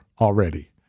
already